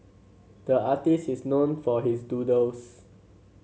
the artist is known for his doodles